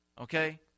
Okay